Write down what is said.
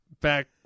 back